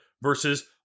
versus